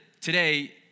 today